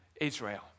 Israel